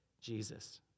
Jesus